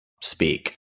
speak